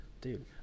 Dude